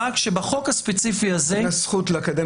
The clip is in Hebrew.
רק שבחוק הספציפי הזה --- הזכות לקדם